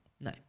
no